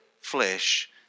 flesh